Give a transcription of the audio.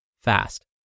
fast